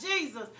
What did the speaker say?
Jesus